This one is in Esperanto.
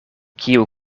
kiu